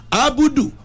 abudu